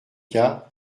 cas